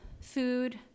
food